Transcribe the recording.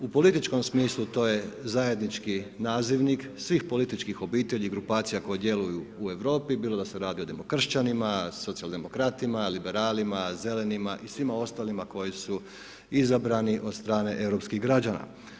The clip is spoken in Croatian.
U političkom smislu to je zajednički nazivnik svih političkih obitelji i grupacija koje djeluju u Europi, bilo da se radi o demokršćanima, socijaldemokratima, liberalima, zelenima i svima ostalima koji su izabrani od strane europskih građana.